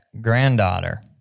granddaughter